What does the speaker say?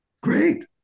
great